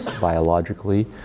biologically